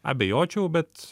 abejočiau bet